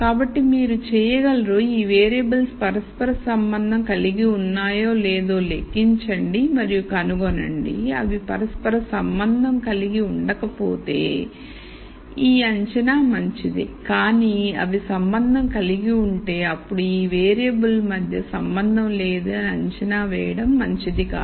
కాబట్టి మీరు చేయగలరు ఈ వేరియబుల్స్ పరస్పర సంబంధం కలిగి ఉన్నాయో లేదో లెక్కించండి మరియు కనుగొనండి అవి పరస్పర సంబంధం కలిగి ఉండకపోతే ఈ అంచనా మంచిదే కానీ అవి సంబంధం కలిగి ఉంటే అప్పుడు ఈ వేరియబుల్varia మధ్య సంబంధం లేదు అని అంచనా చేయడం మంచిది కాదు